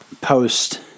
post